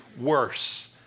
worse